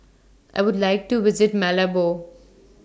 I Would like to visit Malabo